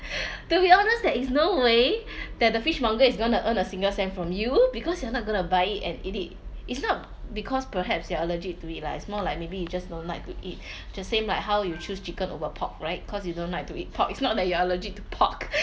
to be honest there is no way that the fishmonger is going to earn a single cent from you because you're not going to buy and eat it it's not because perhaps you're allergic to it lah it's more like maybe you just don't like to eat just same like how you choose chicken over pork right cause you don't like to eat pork it's not that you are allergic to pork